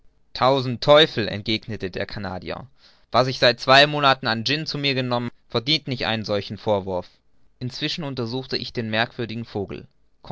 tausend teufel entgegnete der canadier was ich seit zwei monaten an gin zu mir genommen verdient nicht einen solchen vorwurf inzwischen untersuchte ich den merkwürdigen vogel